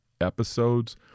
episodes